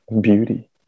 beauty